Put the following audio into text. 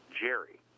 jerry